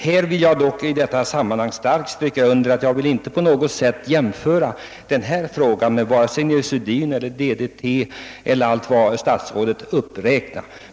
Jag vill dock i detta sammanhang starkt stryka under att jag inie vill jämföra denna fråga med vare sig neurosedyn eller DDT eller allt vad statsrådet uppräknat.